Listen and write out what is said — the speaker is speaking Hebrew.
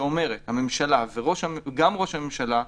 הממשלה וגם ראש הממשלה.